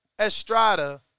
Estrada